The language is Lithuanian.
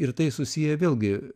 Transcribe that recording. ir tai susiję vėlgi